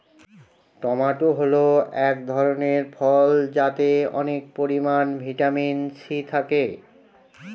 tomato হল এক ধরনের ফল যাতে অনেক পরিমান ভিটামিন সি থাকে